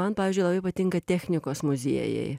man pavyzdžiui labai patinka technikos muziejai